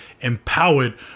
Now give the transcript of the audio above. empowered